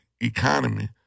economy